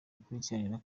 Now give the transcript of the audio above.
gikurikira